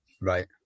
Right